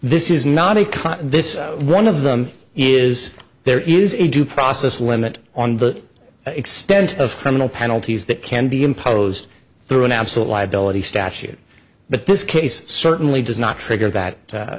this is not a cut this one of them is there is a due process limit on the extent of criminal penalties that can be imposed through an absolute liability statute but this case certainly does not trigger that